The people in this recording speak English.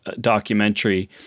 documentary